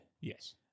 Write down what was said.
Yes